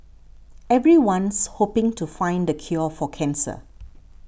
everyone's hoping to find the cure for cancer